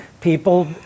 People